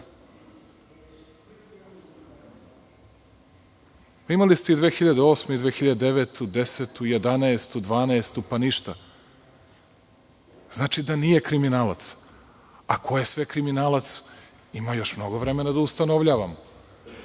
Imali ste i 2008, 2009, 2010, 2011. i 2012. godinu, pa ništa. Znači da nije kriminalac. A ko je sve kriminalac, ima još mnogo vremena da ustanovljavamo.